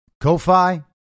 Ko-Fi